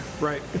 Right